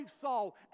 saul